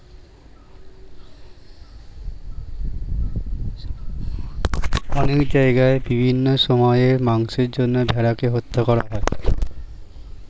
অনেক জায়গায় বিভিন্ন সময়ে মাংসের জন্য ভেড়াকে হত্যা করা হয়